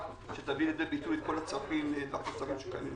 שתביא לידי ביטוי את כל הצרכים שקיימים היום.